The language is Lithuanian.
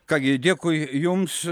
ką gi dėkui jums